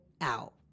out